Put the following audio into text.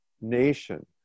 nation